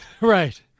right